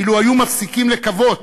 אילו היו מפסיקים לקוות,